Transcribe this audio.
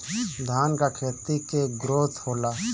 धान का खेती के ग्रोथ होला?